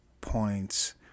points